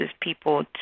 people